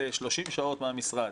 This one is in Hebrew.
30 שעות מהמשרד,